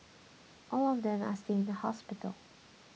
all of them are still in a hospital